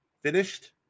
finished